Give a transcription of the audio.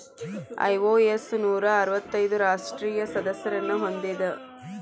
IOS ನೂರಾ ಅರ್ವತ್ತೈದು ರಾಷ್ಟ್ರೇಯ ಸದಸ್ಯರನ್ನ ಹೊಂದೇದ